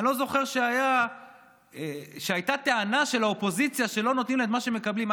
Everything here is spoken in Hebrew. אני לא זוכר שהייתה טענה של האופוזיציה שלא נותנים לה את מה שמקבלים.